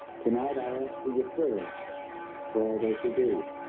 tonight i ask for your prayers for all those who grieve